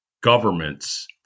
governments